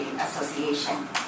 Association